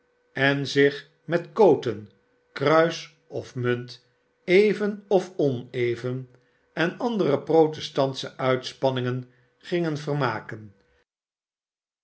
en zich met kooten kruis of munt even of oneven en andere protestantsche uitspanningen gingen vermaken